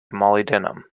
molybdenum